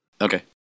Okay